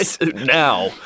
Now